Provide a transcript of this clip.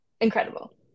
Incredible